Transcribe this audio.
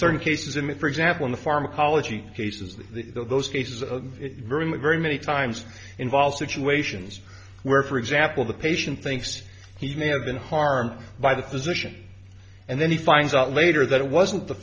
certain cases emit for example in the pharmacology cases the those cases very very many times involve situations where for example the patient thinks he may have been harmed by the physician and then he finds out later that it wasn't the